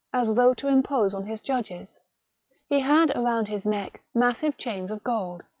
as though to impose on his judges he had around his neck massive chains of gold,